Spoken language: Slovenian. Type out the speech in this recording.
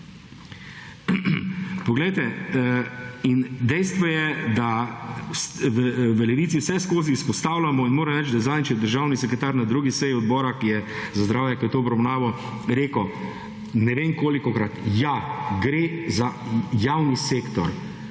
Poglejte, in dejstvo je, da v Levici vseskozi izpostavljamo in moram reči, da zadnjič je državni sekretar na drugi seji Odbora za zdravje, ki je to obravnaval, rekel, ne vem kolikokrat, ja, gre za javni sektor.